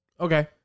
Okay